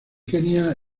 kenia